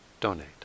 donate